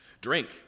drink